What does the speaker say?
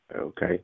Okay